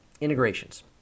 integrations